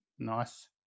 Nice